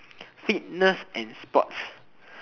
fitness and sports